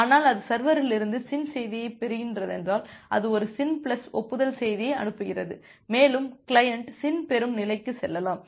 ஆனால் அது சர்வரிலிருந்து SYN செய்தியைப் பெறுகிறதென்றால் அது ஒரு SYN பிளஸ் ஒப்புதல் செய்தியை அனுப்புகிறது மேலும் கிளையன்ட் SYN பெறும் நிலைக்கு செல்லலாம்